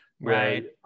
Right